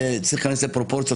צריך להיכנס לפרופורציות,